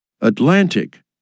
Atlantic